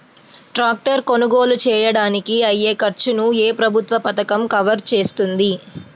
Tractor కొనుగోలు చేయడానికి అయ్యే ఖర్చును ఏ ప్రభుత్వ పథకం కవర్ చేస్తుంది?